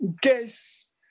Guess